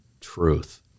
truth